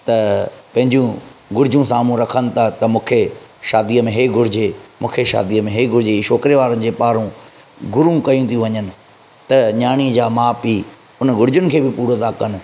त पंहिंजूं घुरिजूं साम्हूं रखनि था त मूंखे शादीअ में हे घुरिजे मूंखे शादीअ में हे घुरिजे हीअ छोकिरे वारनि जे पारां घुरूं कयूं थियूं वञनि त नियाणीअ जा माउ पीउ उन घुरिजुनि खे बि पूरो था कनि